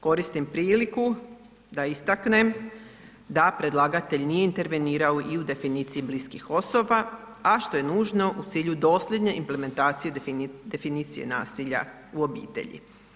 Koristim priliku da istaknem da predlagatelj nije intervenirao i definiciji bliskih osoba, a što je nužno u cilju dosljedne implementacije definicije nasilja u obitelji.